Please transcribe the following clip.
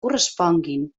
corresponguin